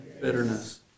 bitterness